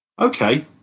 Okay